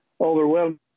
overwhelming